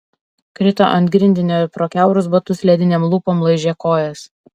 krito ant grindinio ir pro kiaurus batus ledinėm lūpom laižė kojas